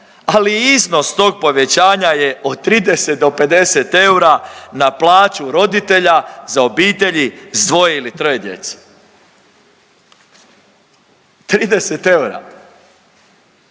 ali iznos tog povećanja je od 30 do 50 eura na plaću roditelja za obitelji s 2. ili 3. djece. 30 eura.